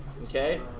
Okay